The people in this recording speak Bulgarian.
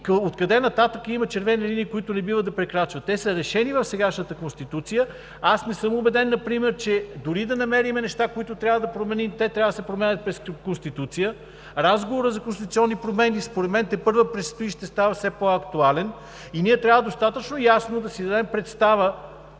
откъде нататък има червени линии, които не бива да прекрачва. Те са решени в сегашната Конституция. Аз не съм убеден например, че дори и да намерим неща, които трябва да променим, те трябва да се променят през Конституцията. Разговорът за конституционни промени според мен тепърва предстои и ще става все по-актуален. И ние трябва достатъчно ясно да си дадем представа: